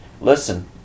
listen